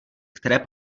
které